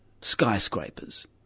skyscrapers